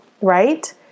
right